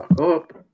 up